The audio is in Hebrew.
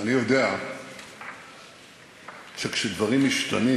אני יודע שכשדברים משתנים